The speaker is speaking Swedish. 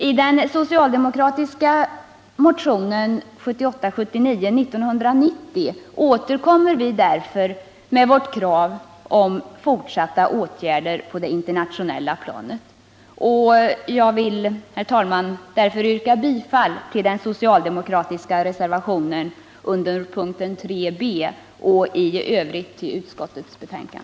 I den socialdemokratiska motionen 1978/79:1990 återkommer vi därför med vårt krav om fortsatta åtgärder på det internationella planet. Jag yrkar bifall till den socialdemokratiska reservationen under punkten 3 b och i övrigt bifall till utskottets hemställan.